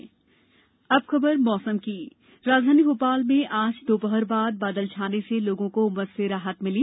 मौसम अब खबर मौसम की राजधानी भोपाल में आज दोपहर बाद बादल छाने से लोगों को उमस से राहत मिली